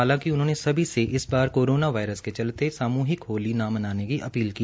हालांकि उन्होंने सभी से इस बार कोरोना वायरस के चलते सामूहिक होली न मनने की अपील की